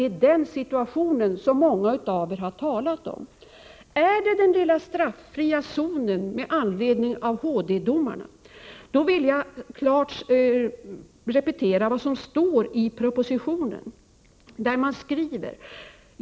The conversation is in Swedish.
Det är den situationen som många av er har talat om. Om det är den lilla straffria zonen med anledning av HD-domarna, vill jag repetera vad som står i propositionen.